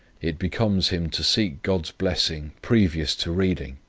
it becomes him to seek god's blessing previous to reading,